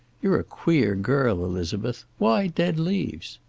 you're a queer girl, elizabeth. why dead leaves?